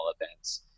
events